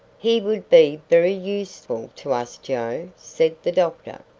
he would be very useful to us, joe, said the doctor.